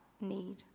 need